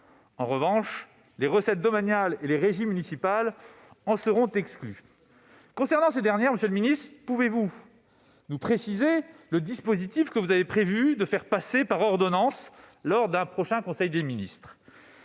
En revanche, les recettes domaniales et les régies municipales en seront exclues. Concernant ces dernières, monsieur le ministre, pouvez-vous nous préciser le dispositif que vous avez prévu de faire passer par ordonnance lors d'un prochain conseil des ministres ?